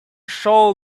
shall